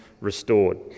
restored